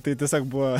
tai tiesiog buvo